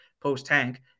post-tank